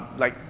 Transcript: like,